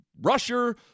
rusher